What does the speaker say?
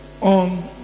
on